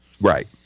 Right